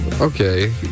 Okay